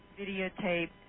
videotape